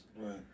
right